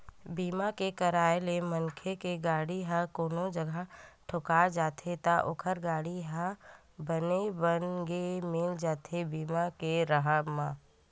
बीमा के कराय ले मनखे के गाड़ी ह कोनो जघा ठोका जाथे त ओखर गाड़ी ह बने बनगे मिल जाथे बीमा के राहब म